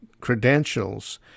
credentials